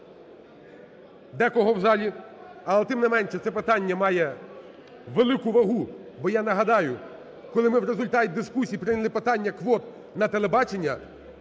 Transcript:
декого в залі, але тим не менше це питання має велику вагу. Бо, я нагадаю, коли ми в результаті дискусій прийняли питання квот на телебаченні,